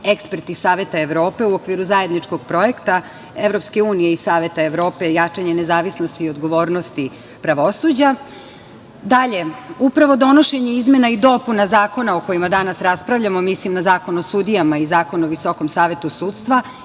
eksperti Saveta Evrope u okviru zajedničkog projekta EU i Saveta Evrope – jačanje nezavisnosti i odgovornosti pravosuđa. Dalje, upravo donošenje izmena i dopuna zakona o kojima danas raspravljamo, mislim na Zakon o sudijama i Zakon o Visokom savetu sudstva,